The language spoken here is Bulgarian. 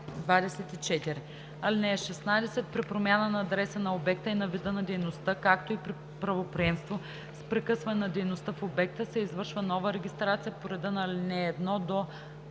24. (16) При промяна на адреса на обекта и на вида на дейността, както и при правоприемство с прекъсване на дейността в обекта, се извършва нова регистрация по реда на ал.